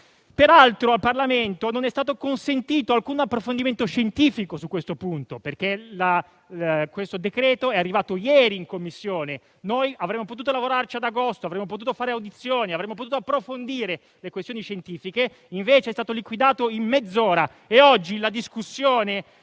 Peraltro al Parlamento non è stato consentito alcun approfondimento scientifico su questo punto perché il provvedimento è arrivato ieri in Commissione. Avremmo potuto lavorarci ad agosto, avremmo potuto fare audizioni, approfondendo le questioni scientifiche, ed invece è stato liquidato in mezz'ora. Oggi la discussione